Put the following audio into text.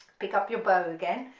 pick up your bow again